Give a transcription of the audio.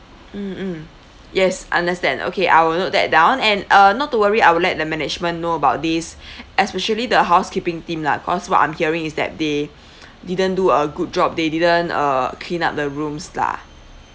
mm mm yes understand okay I'll note that down and uh not to worry I will let the management know about this especially the housekeeping team lah cause what I'm hearing is that they didn't do a good job they didn't uh clean up the rooms lah